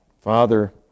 Father